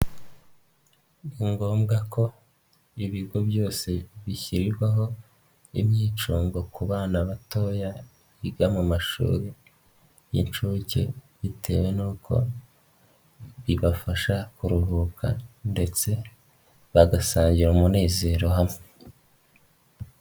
Ni ngombwa ko ibigo byose bishyirirwaho, imyicunngo ku bana batoya, biga mu mashuri y'incuke bitewe nuko'uko bibafasha kuruhuka ndetse bagasangira umunezero hamwe.